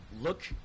look